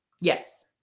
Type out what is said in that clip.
Yes